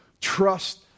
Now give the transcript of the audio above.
Trust